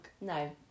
No